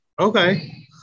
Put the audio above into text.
Okay